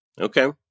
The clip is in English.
Okay